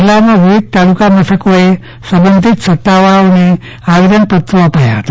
જિલ્લામાં વિવિધ તાલુકા મથકએ સંબંધિત સતાવાળાઓને આવેદનપત્ર અપાયા હતા